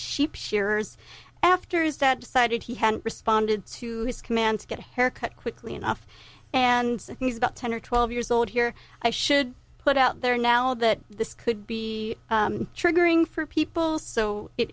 shearers after is that decided he hadn't responded to his command to get a haircut quickly enough and he's about ten or twelve years old here i should put out there now that this could be triggering for people so it